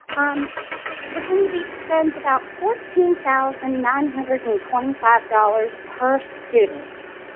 um virginia beach, spends about fourteen thousand nine hundred and twenty five dollars per student.